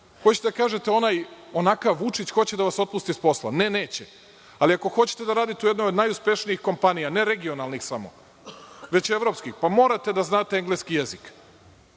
Hoćete da kažete onakav Vučić hoće da vas otpusti sa posla. Ne, neće, ali ako hoćete da radite u jednoj od najuspešnijih kompanija, ne regionalnih samo, već evropskih, morate da znate engleski jezik,